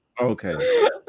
Okay